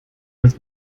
with